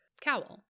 cowl